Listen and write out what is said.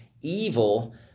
evil